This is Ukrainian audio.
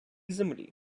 землі